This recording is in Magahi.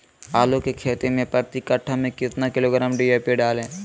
आलू की खेती मे प्रति कट्ठा में कितना किलोग्राम डी.ए.पी डाले?